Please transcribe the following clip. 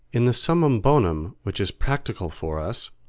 in the summum bonum which is practical for us,